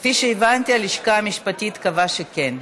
כפי שהבנתי, הלשכה המשפטית קבעה שכן.